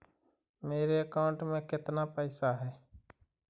मेरे अकाउंट में केतना पैसा है?